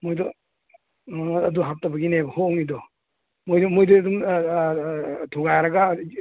ꯃꯣꯏꯗꯨ ꯑꯥ ꯑꯗꯨ ꯍꯥꯞꯇꯕꯒꯤꯅꯦꯕ ꯍꯣꯡꯏꯗꯣ ꯃꯣꯏꯗꯨ ꯑꯗꯨꯝ ꯊꯨꯒꯥꯏꯔꯒ